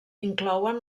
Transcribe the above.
inclouen